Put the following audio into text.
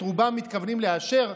ואת רובם מתכוונים לאשר,